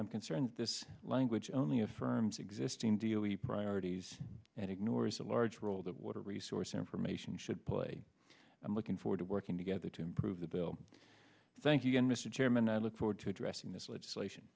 i'm concerned this language only affirms existing dealy priorities and ignores a large role that water resource information should play i'm looking forward to working together to improve the bill thank you mr chairman i look forward to addressing this legislation